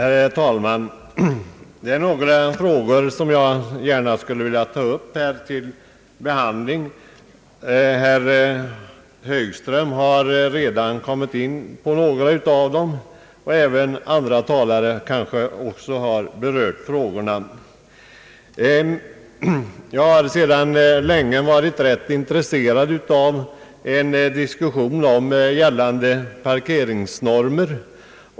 Herr talman! Det är några frågor som jag gärna skulle vilja ta upp till behandling. Herr Högström och även andra talare har redan kommit in på en del av dem. Jag har sedan länge varit rätt intresserad av en diskussion om gällande parkeringsnormer.